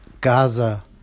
Gaza